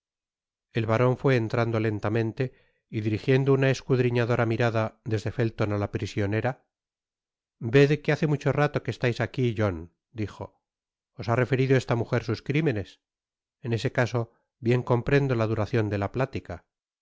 el baron fué entrando lentamente y dirigiendo uoa escudriñadora mirada desde felton á la prisionera ved que hace mucho rato que estais aqui john dijo os ha referido esta mujer sus crimenes en este caso bien comprendo la duracion de la plática